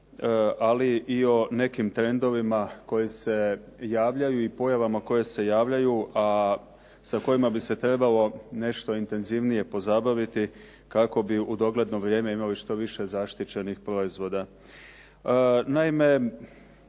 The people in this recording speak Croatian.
ali i o nekim trendovima koji se javljaju i pojavama koje se javljaju a sa kojima bi se trebalo nešto intenzivnije pozabaviti kako bi u dogledno vrijeme imali što više zaštićenih proizvoda.